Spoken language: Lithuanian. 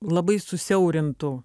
labai susiaurintų